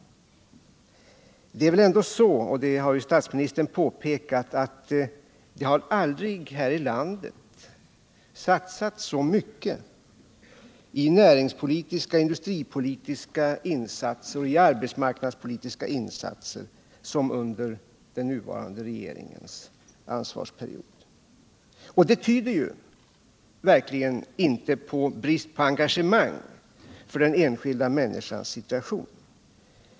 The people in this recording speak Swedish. Det är väl ändå så — och det har statsministern här påpekat — att det aldrig här i landet har satsats så mycket på näringspolitiska, industripolitiska och arbetsmarknadspolitiska insatser som under den nuvarande regeringens ansvarsperiod. Det tyder verkligen inte på brist på engagemang för den enskilda människans situation.